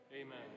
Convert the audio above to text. Amen